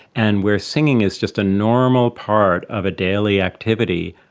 and where singing is just a normal part of a daily activity,